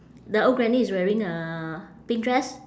the old granny is wearing a pink dress